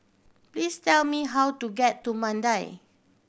please tell me how to get to Mandai